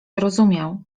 rozumiał